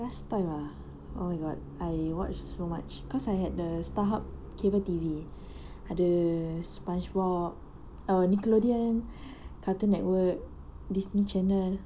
last time ah oh my god I watch so much cause I had the starhub cable T_V ah the spongebob our nickelodeon cartoon network disney channel